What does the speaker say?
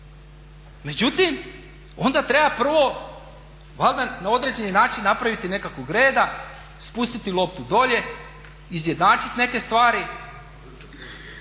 Međutim, onda treba prvo valjda na određeni način napraviti nekakvog reda, spustiti loptu dolje, izjednačiti neke stvari.